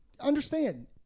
understand